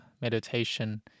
meditation